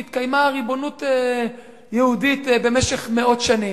והתקיימה ריבונות יהודית במשך מאות שנים.